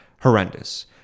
horrendous